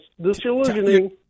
disillusioning